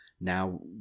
now